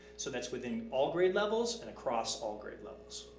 so that's within all grade levels and across all grade levels.